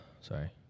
Sorry